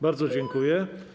Bardzo dziękuję.